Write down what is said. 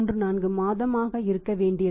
34 மாதமாக இருக்க வேண்டியதில்லை